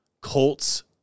Colts